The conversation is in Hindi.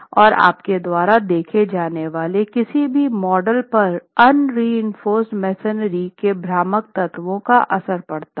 और आपके द्वारा देखे जाने वाले किसी भी मॉडल पर अनरीइंफोर्स्ड मेसनरी के भ्रामक तत्वों का असर पड़ता है